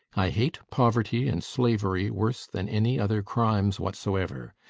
i hate poverty and slavery worse than any other crimes whatsoever.